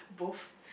both